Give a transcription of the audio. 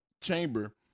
Chamber